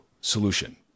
solution